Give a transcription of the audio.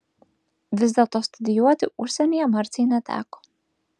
vis dėlto studijuoti užsienyje marcei neteko